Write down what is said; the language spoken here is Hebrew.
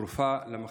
תרופה למחלה.